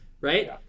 right